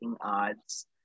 odds